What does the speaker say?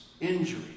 injury